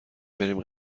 بریم